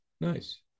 nice